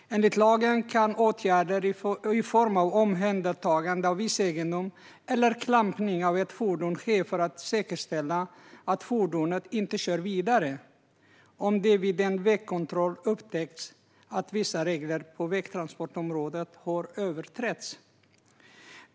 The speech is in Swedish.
Enligt lagen kan åtgärder i form av omhändertagande av viss egendom eller klampning av ett fordon ske för att säkerställa att fordonet inte kör vidare om det vid en vägkontroll upptäcks att vissa regler på vägtransportområdet har överträtts.